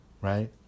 right